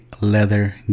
Leather